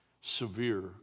severe